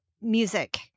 music